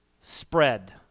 spread